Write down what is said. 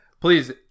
Please